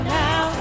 now